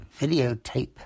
videotape